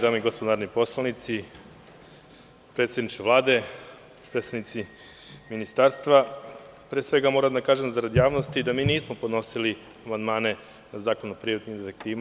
Dame i gospodo narodni poslanici, predsedniče Vlade, predstavnici ministarstva, moram da kažem zarad javnosti da mi nismo podnosili amandmane na zakon o privatnim detektivima.